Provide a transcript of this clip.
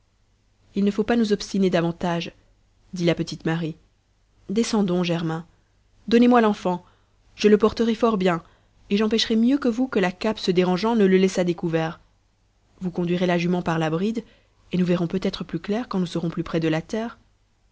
il ne faut pas nous obstiner davantage dit la petite marie descendons germain donnez-moi l'enfant je le porterai fort bien et j'empêcherai mieux que vous que la cape se dérangeant ne le laisse à découvert vous conduirez la jument par la bride et nous verrons peut-être plus clair quand nous serons plus près de la terre